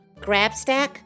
Grabstack